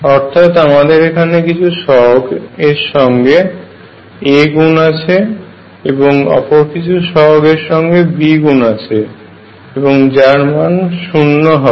অর্থাৎ আমাদের এখানে কিছু সহগ এর সঙ্গে A গুন আছে এবং অপর কিছু সহগ এর সঙ্গে B গুন আছে এবং যার মান শূণ্য হবে